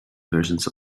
versions